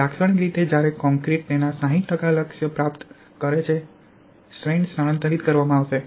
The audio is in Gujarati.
લાક્ષણિક રીતે જ્યારે કોંક્રિટ તેના 60 લક્ષ્ય શક્તિ પ્રાપ્ત કરે છે સ્ટ્રેન સ્થાનાંતરિત કરવામાં આવશે